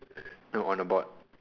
the one on board